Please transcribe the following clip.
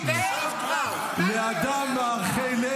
פה רך,